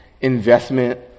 investment